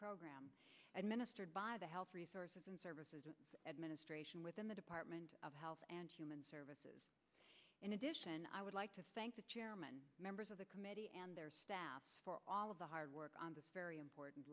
program administered by the health resources and services administration within the department of health and human services in addition i would like to thank the chairman members of the committee and their staff for all of the hard work on this very important